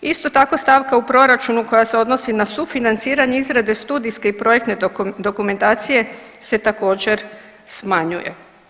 Isto tako stavka u proračunu koja se odnosi na sufinanciranje izrade studijske i projektne dokumentacije se također smanjuje.